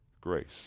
grace